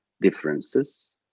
differences